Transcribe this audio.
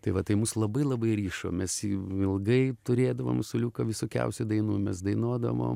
tai va tai mus labai labai rišo mes jį ilgai turėdavome su liuka visokiausių dainų mes dainuodavom